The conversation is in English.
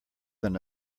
than